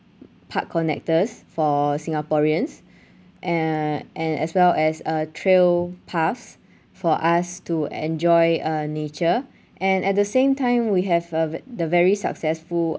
park connectors for singaporeans uh and and as well as a trail paths for us to enjoy uh nature and at the same time we have uh the very successful